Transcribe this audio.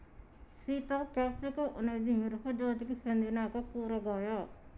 Sita capsicum అనేది మిరపజాతికి సెందిన ఒక కూరగాయ